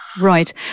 Right